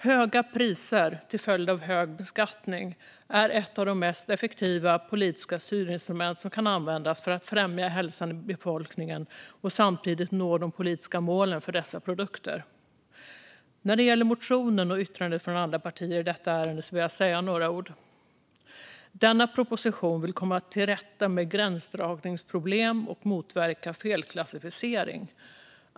Höga priser till följd av hög beskattning är ett av de mest effektiva politiska styrinstrument som man kan använda för att främja hälsan i befolkningen och samtidigt nå de politiska målen för dessa produkter. När det gäller motionen och yttrandet från andra partier i detta ärende vill jag säga några ord. Med denna proposition vill man komma till rätta med gränsdragningsproblem och motverka felklassificering.